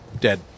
dead